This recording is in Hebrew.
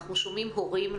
אנחנו שומעים הורים,